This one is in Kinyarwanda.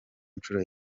nshuro